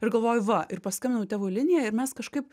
ir galvoju va ir paskambinau į tėvų liniją ir mes kažkaip